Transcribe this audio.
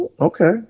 Okay